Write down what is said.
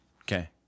Okay